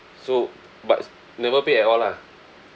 so but never pay at all lah